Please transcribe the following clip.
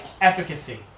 efficacy